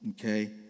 Okay